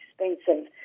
expensive